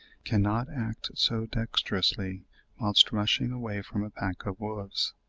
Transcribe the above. cannot act so dexterously whilst rushing away from a pack of wolves.